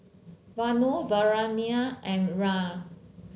Vanu Naraina and Raj